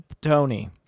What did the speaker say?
Tony